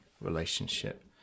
relationship